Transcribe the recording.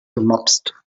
gemopst